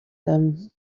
them